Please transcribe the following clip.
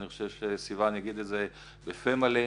צריך לפתור בעיות מדרג שני.